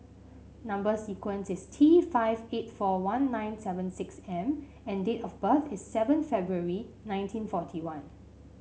number sequence is T five eight four one nine seven six M and date of birth is seven February nineteen forty one